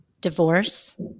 divorce